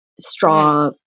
straw